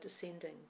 descending